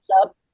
up